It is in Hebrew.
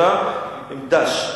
1977, עם ד"ש.